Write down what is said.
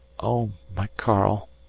oh, my karl,